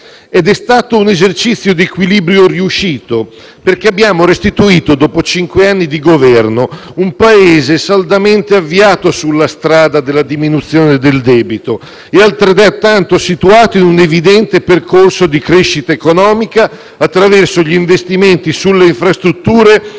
Ed è stato un esercizio di equilibrio riuscito, perché abbiamo restituito, dopo cinque anni di Governo, un Paese saldamente avviato sulla strada della diminuzione del debito e altrettanto situato in un evidente percorso di crescita economica attraverso gli investimenti sulle infrastrutture